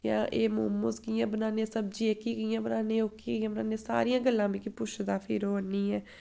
जां एह् मोमोस कि'यां बनान्नें सब्जी एह्की कि'यां बनान्नेनें ओह्की कि'यां बनान्नें सारियां गल्लां मिगी पुछदा फिर ओह् आनियै